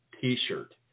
t-shirt